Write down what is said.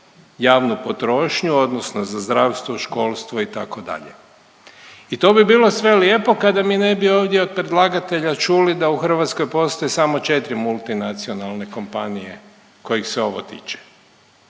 javnu potrošnju odnosno za zdravstvo, školstvo itd. I to bi bilo sve lijepo kada mi ne bi ovdje od predlagatelja čuli da u Hrvatskoj postoji samo 4 multinacionalne kompanije kojih se ovo tiče.